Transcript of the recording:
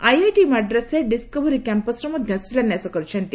IIT ମାଡ୍ରାସ୍ରେ discovery କ୍ୟାମ୍ପସ୍ର ମଧ୍ୟ ଶିଳାନ୍ୟାସ କରିଛନ୍ତି